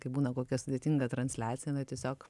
kai būna kokia sudėtinga transliacija na tiesiog